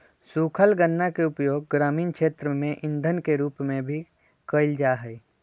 सूखल गन्ना के उपयोग ग्रामीण क्षेत्र में इंधन के रूप में भी कइल जाहई